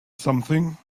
something